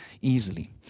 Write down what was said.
easily